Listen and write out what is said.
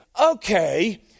okay